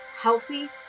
healthy